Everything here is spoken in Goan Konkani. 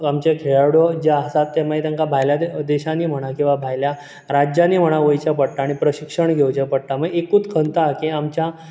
आमचे मागीर खेळाडू जे आसत ते मागीर तांकां भायल्या दे देशांनी म्हणां किंवा भायल्या राज्यांनी म्हणां वयचे पडटा आनी प्रशिक्षण घेवचे पडटा आमी एकूत करता की आमच्या